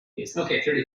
asian